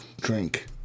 drink